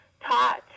taught